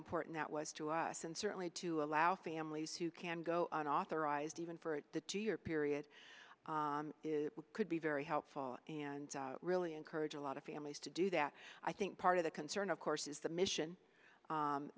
important that was to us and certainly to allow families who can go on authorized even the two year period could be very helpful and really encourage a lot of families to do that i think part of the concern of course is the mission